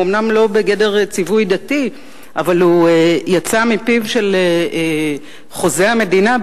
הוא אומנם לא בגדר ציווי דתי אבל הוא יצא מפיו של חוזה המדינה,